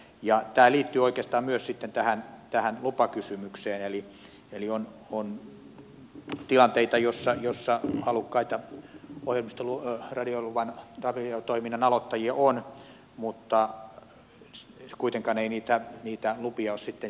tämä liittyy oikeastaan myös sitten tähän lupakysymykseen eli on tilanteita joissa halukkaita radiotoiminnan aloittajia on mutta kuitenkaan ei niitä lupia ole sitten järjestynyt